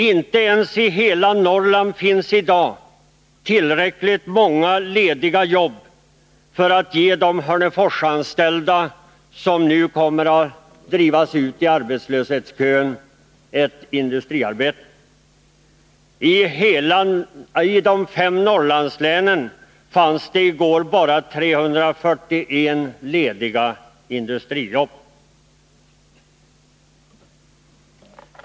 Inte ens i hela Norrland finns i dag tillräckligt många lediga jobb för att ge de Hörneforsanställda som nu kommer att drivas ut i arbetslöshetskön ett industriarbete. I de fem Norrlandslänen fanns i går bara 341 lediga industrijobb.